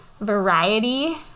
variety